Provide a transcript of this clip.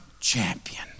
champion